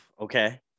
Okay